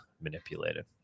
manipulated